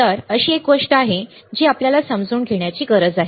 तर अशी एक गोष्ट आहे जी आपल्याला समजून घेण्याची गरज आहे